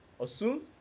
Assume